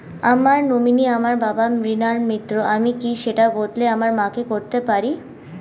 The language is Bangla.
আমার নমিনি আমার বাবা, মৃণাল মিত্র, আমি কি সেটা বদলে আমার মা কে করতে পারি?